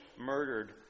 murdered